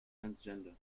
transgender